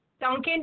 Duncan